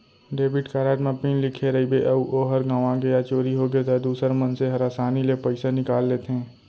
debit card म pin लिखे रइबे अउ ओहर गँवागे या चोरी होगे त दूसर मनसे हर आसानी ले पइसा निकाल लेथें